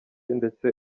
ndetse